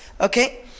okay